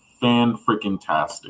fan-freaking-tastic